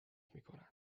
میکند